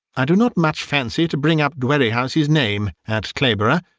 i do not much fancy to bring up dwerrihouse's name at clayborough.